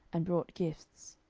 and brought gifts.